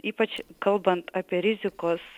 ypač kalbant apie rizikos